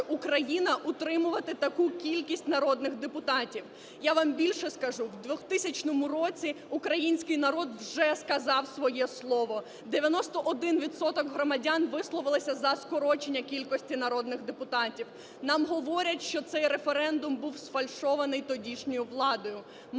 Україна утримувати таку кількість народних депутатів? Я вам більше скажу. В 2000 році український народ вже сказав своє слово: 91 відсоток громадян висловилися за скорочення кількості народних депутатів. Нам говорять, що цей референдум був сфальшований тодішньою владою. Ми не